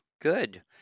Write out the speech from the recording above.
good